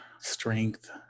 strength